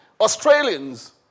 Australians